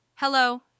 Hello